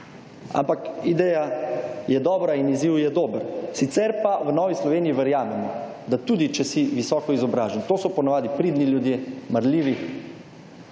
Ampak ideja je dobra in izziv je dober. Sicer pa v Novi Sloveniji verjamemo, da tudi če si visoko izobražen, to so po navadi pridni ljudje, marljivi,